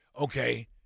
okay